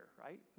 right